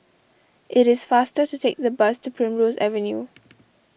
it is faster to take the bus to Primrose Avenue